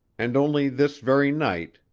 and only this very night,